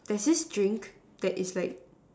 there's this drink that's like